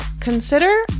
Consider